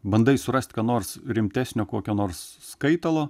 bandai surast ką nors rimtesnio kokio nors skaitalo